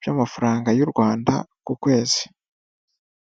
by'amafaranga y'u Rwanda ku kwezi.